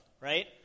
right